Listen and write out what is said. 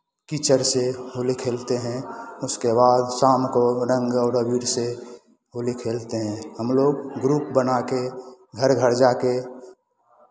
कीचड़ से होली खेलते हैं उसके बाद शाम को रंग और अबीर से होली खेलते हैं हमलोग ग्रुप बना के घर घर जा के